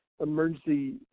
emergency